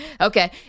Okay